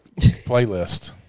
playlist